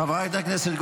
חבר הכנסת טיבי,